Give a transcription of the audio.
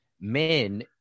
men